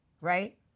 right